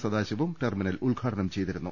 Sadasivam terminal ഉദ്ഘാടനം ചെയ്തിരുന്നു